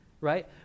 right